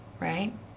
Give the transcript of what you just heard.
right